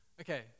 Okay